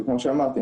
וכמו שאמרתי,